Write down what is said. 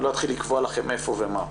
אני לא אתחיל לקבוע לכם איפה ומה,